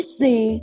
see